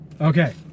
Okay